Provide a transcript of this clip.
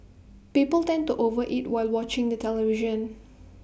people tend to over eat while watching the television